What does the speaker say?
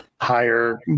higher